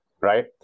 right